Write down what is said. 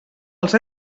als